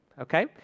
Okay